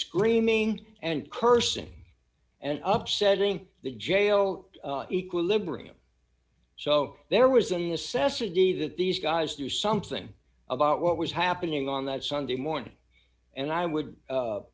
screaming and cursing and upset ing the jail equilibrium so there was a necessity that these guys do something about what was happening on that sunday morning and i would